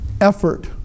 effort